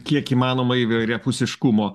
kiek įmanoma įvairiapusiškumo